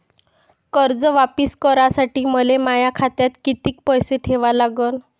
कर्ज वापिस करासाठी मले माया खात्यात कितीक पैसे ठेवा लागन?